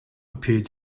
appeared